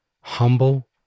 humble